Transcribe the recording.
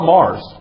Mars